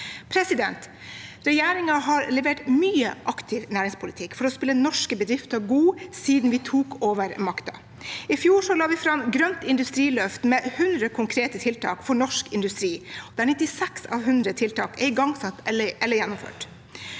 landet. Regjeringen har levert mye aktiv næringspolitikk for å spille norske bedrifter gode siden vi tok over makten. I fjor la vi fram et grønt industriløft med 100 konkrete tiltak for norsk industri, der 96 av 100 tiltak er igangsatt eller gjennomført.